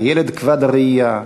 הילד כבד-הראייה,